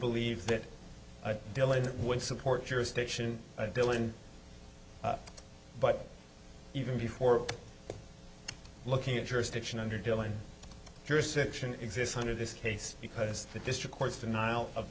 believe that a bill it would support jurisdiction of dylan but even before looking at jurisdiction under dillon jurisdiction exists under this case because the district court's denial of